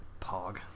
pog